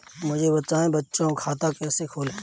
मुझे बताएँ बच्चों का खाता कैसे खोलें?